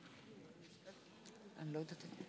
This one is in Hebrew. מצביע איימן עודה,